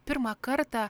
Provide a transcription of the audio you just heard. pirmą kartą